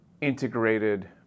integrated